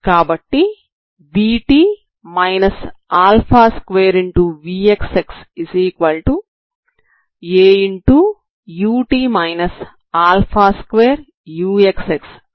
కాబట్టి vt 2vxxa అని మీరు చూడవచ్చు